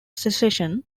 secession